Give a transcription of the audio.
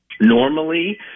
Normally